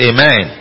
Amen